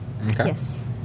Yes